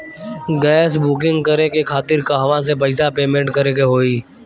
Gas booking करे के खातिर कहवा से पैसा पेमेंट करे के होई?